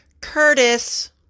Curtis